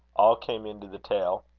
all came into the tale.